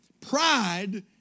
Pride